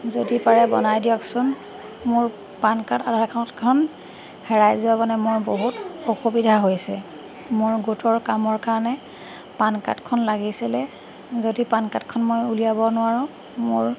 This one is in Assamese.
যদি পাৰে বনাই দিয়কচোন মোৰ পান কাৰ্ড আধাৰ কাৰ্ডখন হেৰাই যোৱা মানে মই বহুত অসুবিধা হৈছে মোৰ গোটৰ কামৰ কাৰণে পান কাৰ্ডখন লাগিছিলে যদি পান কাৰ্ডখন মই উলিয়াব নোৱাৰোঁ মোৰ